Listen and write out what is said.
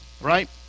right